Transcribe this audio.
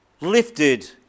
lifted